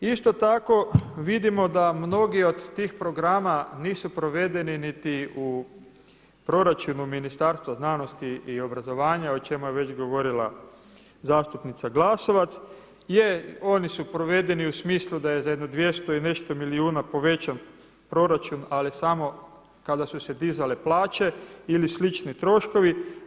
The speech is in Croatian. Isto tako vidimo da mnogi od tih programa nisu provedeni niti u proračunu Ministarstvu znanosti i obrazovanja o čemu je već govorila zastupnica Glasovac, je oni su provedeni u smislu da je za jedno 200 i nešto milijuna povećan proračun, ali samo kada su se dizale plaće ili slični troškovi.